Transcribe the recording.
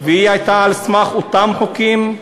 והיא הייתה על סמך אותם חוקים,